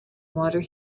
water